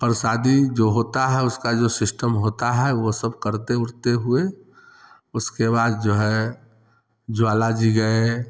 प्रसाद जो होता है उस का जो सिस्टम होता है वो सब करते उठते हुए उस के बाद जो है ज्वाला जी गए